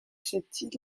cette